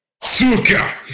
Suka